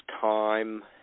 time